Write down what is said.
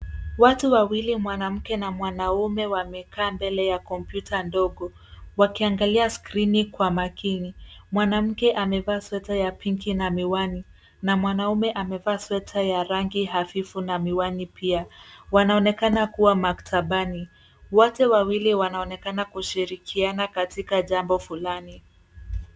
Watu wawili mwanamke na mwanaume wamekaa mbele ya kompyuta ndogo wakiangalia skrini kwa makini. Mwanamke amevaa sweta ya pinki na miwani. Na mwanaume amevaa sweta ya rangi hafifu na miwani pia. Wanaonekana kuwa maktabani. Wote wawili wanaonekana kushirikiana jambo fulani.